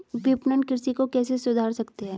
विपणन कृषि को कैसे सुधार सकते हैं?